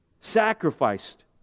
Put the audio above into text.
sacrificed